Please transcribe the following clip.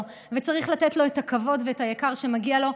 וצריך לתת לו את הכבוד ואת היקר שמגיע לו.